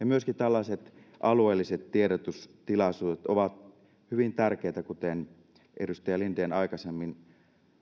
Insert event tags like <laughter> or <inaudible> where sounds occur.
<unintelligible> myöskin tällaiset alueelliset tiedotustilaisuudet ovat hyvin tärkeitä kuten edustaja linden aikaisemmin